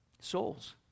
souls